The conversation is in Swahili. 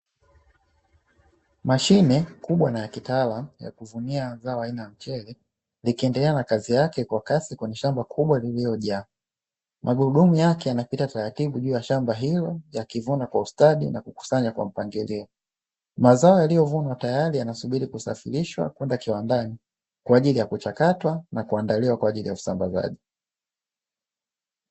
Mashine kubwa na ya kitaalamu, ya kuvunia zao aina ya mchele ikiendelea na kazi yake kwenye shamba kubwa lililojaa. Magurudumu yake yanapita taratibu juu ya shamba hilo yakivuna kwa ustadi na kukusanya kwa mpangilio. Mazao yaliyovunwa tayari, yanasubiri kusafirishwa, kwenda kiwandani kwa ajili ya kuchakatwa na kuandaliwa kwa ajili ya usambazaji.